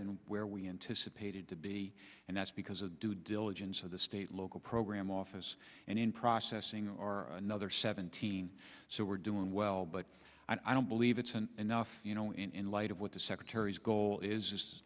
than where we anticipated to be and that's because of due diligence of the state local program office and in processing or another seventeen so we're doing well but i don't believe it's an enough you know in light of what the secretary's goal is